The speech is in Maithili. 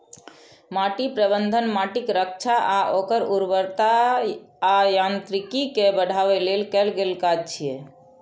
माटि प्रबंधन माटिक रक्षा आ ओकर उर्वरता आ यांत्रिकी कें बढ़ाबै लेल कैल गेल काज छियै